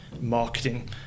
marketing